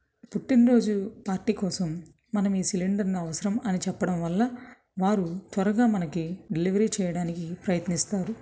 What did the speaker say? పుట్టిన రోజు పార్టీ కోసం మనం ఈ సిలిండర్ని అవసరం అని చెప్పడం వల్ల వారు త్వరగా మనకి డెలివరీ చేయడానికి ప్రయత్నిస్తారు